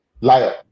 Liar